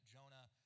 Jonah